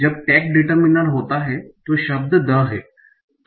जब tag determiner होता है तो शब्द द है